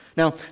Now